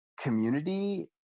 community